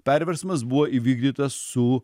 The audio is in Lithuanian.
perversmas buvo įvykdytas su